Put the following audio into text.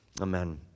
Amen